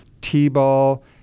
t-ball